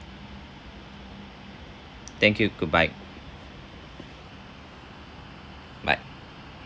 thank you goodbye bye